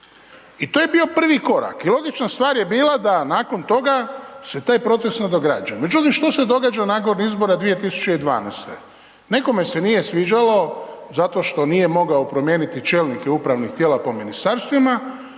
I to je bio prvi korak i logična stvar je bila, da nakon toga, se taj proces nadograđuje. Međutim, šta se događa nakon izbora 2012.? Nekome se nije sviđalo zato što nije mogao promijeniti čelnika upravnih tijela po ministarstvima